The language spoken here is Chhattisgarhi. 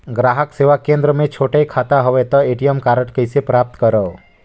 ग्राहक सेवा केंद्र मे छोटे खाता हवय त ए.टी.एम कारड कइसे प्राप्त करव?